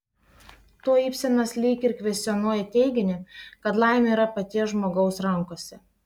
tuo ibsenas lyg ir kvestionuoja teiginį kad laimė yra paties žmogaus rankose